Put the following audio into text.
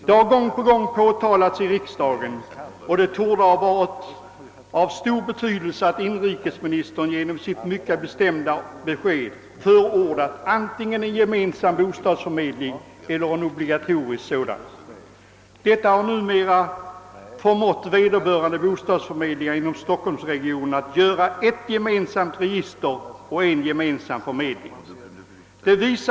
Detta har gång på gång påtalats i riksdagen, och det torde ha varit av stor betydelse att inrikesministern genom sitt mycket bestämda besked förordat antingen en gemensam bostadsförmedling eller en obligatorisk sådan. Vederbörande + bostadsförmedlingar inom stockholmsregionen har nu upprättat ett gemensamt register och en gemensam förmedling.